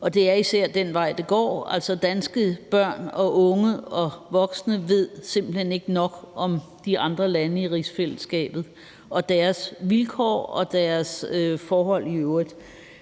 og det er især den vej, det går. Danske børn og unge og voksne ved simpelt hen ikke nok om de andre lande i rigsfællesskabet og deres vilkår og forhold i øvrigt.